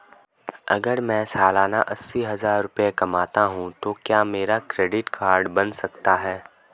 अगर मैं सालाना अस्सी हज़ार रुपये कमाता हूं तो क्या मेरा क्रेडिट कार्ड बन सकता है?